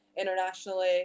internationally